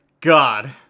God